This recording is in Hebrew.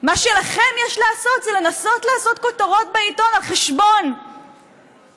מה שלכם יש לעשות זה לנסות לעשות כותרות בעיתון על חשבון ישראלים,